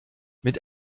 mit